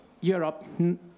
Europe